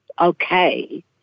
okay